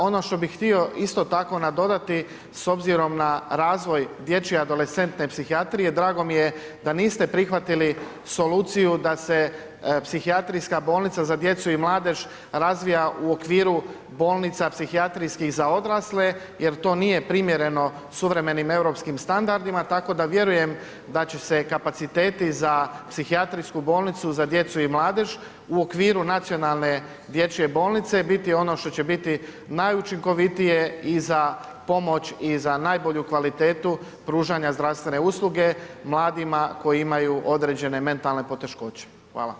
Ono što bi htio isto tako nadodati s obzirom na razvoj dječje adolescentne psihijatrije, drago mi je da niste prihvatili soluciju da se Psihijatrijska bolnica za djecu i mladež razvija u okviru bolnica psihijatrijskih za odrasle jer to nije primjereno suvremenim europskim standardima, tako da vjerujem da će se kapaciteti za Psihijatrijsku bolnicu za djecu i mladež u okviru Nacionalne dječje bolnice biti ono što će biti najučinkovitije i za pomoć i za najbolju kvalitetu pružanja zdravstvene usluge mladima koji imaju određene mentalne poteškoće.